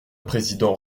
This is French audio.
président